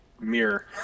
Mirror